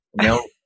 no